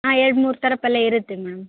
ಹಾಂ ಎರಡು ಮೂರು ಥರ ಪಲ್ಯ ಇರುತ್ತೆ ಮೇಡಮ್